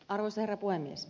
arvoisa herra puhemies